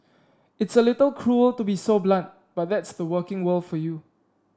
it's a little cruel to be so blunt but that's the working world for you